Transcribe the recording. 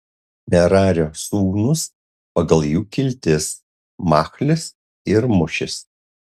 merario sūnūs pagal jų kiltis machlis ir mušis